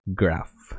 graph